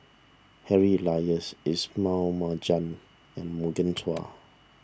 Harry Elias Ismail Marjan and Morgan Chua